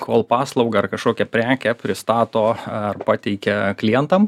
kol paslaugą ar kažkokią prekę pristato ar pateikia klientam